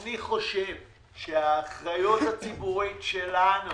אני חושב שהאחריות הציבורית שלנו